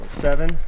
Seven